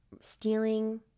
stealing